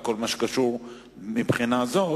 וכל מה שקשור מהבחינה הזאת,